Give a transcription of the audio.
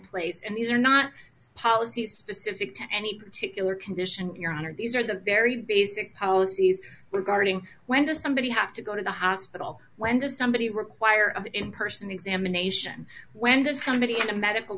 place and these are not policy specifics to any particular condition your honor these are the very basic policies regarding when does somebody have to go to the hospital when does somebody require in person examination when does somebody in a medical